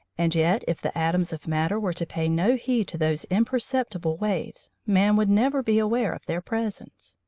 and yet if the atoms of matter were to pay no heed to those imperceptible waves, man would never be aware of their presence.